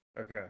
Okay